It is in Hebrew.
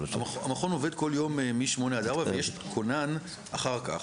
המכון עובד כל יום מ-08:00 עד 16:00 ויש כונן אחר כך.